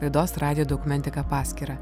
laidos radijo dokumentika paskyrą